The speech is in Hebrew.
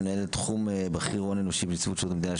מנהלת תחום בכיר הון אנושי בנציבות שירות המדינה,